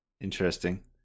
Interesting